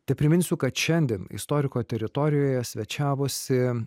tepriminsiu kad šiandien istoriko teritorijoje svečiavosi